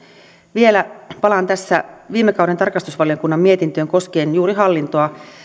vielä palaan tässä viime kauden tarkastusvaliokunnan mietintöön koskien juuri hallintoa